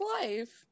life